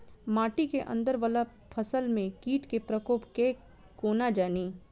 माटि केँ अंदर वला फसल मे कीट केँ प्रकोप केँ कोना जानि?